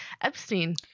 Epstein